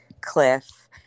cliff